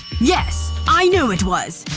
yes. i know it was.